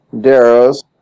Darrow's